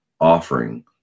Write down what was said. offering